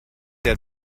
der